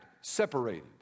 separated